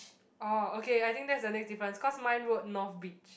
orh okay I think that's the next difference cause mine wrote north beach